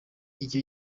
icyo